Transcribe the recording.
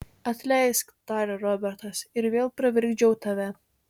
atleisk tarė robertas ir vėl pravirkdžiau tave